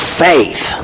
faith